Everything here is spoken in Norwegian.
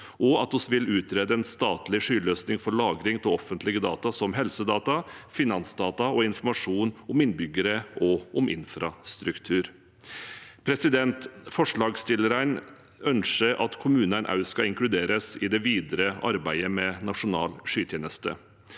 og at vi vil utrede en statlig skyløsning for lagring av offentlige data som helsedata, finansdata og informasjon om innbyggere og infrastruktur. Forslagsstillerne ønsker at kommunene også skal inkluderes i det videre arbeidet med en nasjonal skytjeneste.